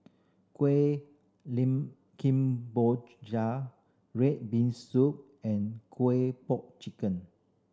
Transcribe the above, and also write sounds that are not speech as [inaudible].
kueh [unintelligible] red bean soup and kueh po chicken